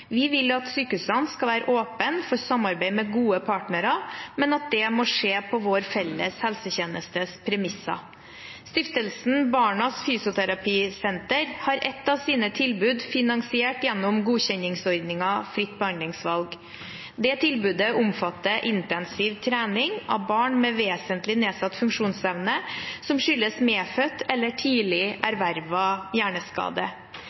Vi vil at sykehusene skal være åpne for samarbeid med gode partnere, men at det må skje på vår felles helsetjenestes premisser. Stiftelsen Barnas Fysioterapisenter har ett av sine tilbud finansiert gjennom godkjenningsordningen fritt behandlingsvalg. Tilbudet omfatter intensiv trening av barn med vesentlig nedsatt funksjonsevne som skyldes medfødt eller tidlig ervervet hjerneskade.